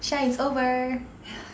Shah it's over